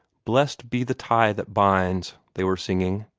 blest be the tie that binds, they were singing.